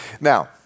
Now